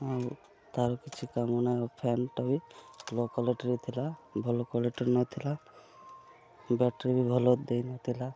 ଆଉ ତା'ର କିଛି କାମ ନା ଫ୍ୟାନ୍ଟା ବି ଲୋ କ୍ଵାଲିଟିର ଥିଲା ଭଲ କ୍ଵାଲିଟି ନଥିଲା ବ୍ୟାଟେରୀ ବି ଭଲ ଦେଇନଥିଲା